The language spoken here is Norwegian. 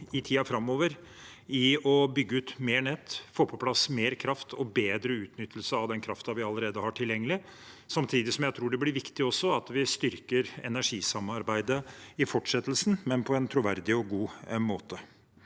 i tiden framover i å bygge ut mer nett, få på plass mer kraft og bedre utnyttelse av den kraften vi allerede har tilgjengelig. Samtidig tror jeg også det blir viktig at vi styrker energisamarbeidet i fortsettelsen, men på en troverdig og god måte.